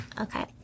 Okay